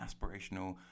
aspirational